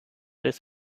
des